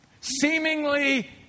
Seemingly